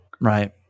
Right